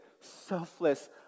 selfless